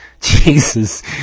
Jesus